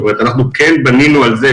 אנחנו כן בנינו על זה,